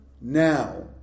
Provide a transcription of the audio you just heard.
now